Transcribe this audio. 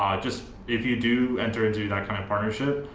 um just if you do enter into that kind of partnership.